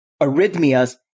arrhythmias